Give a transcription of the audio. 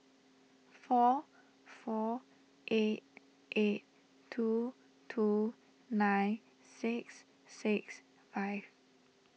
four four eight eight two two nine six six five